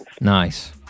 Nice